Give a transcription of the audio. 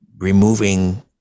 removing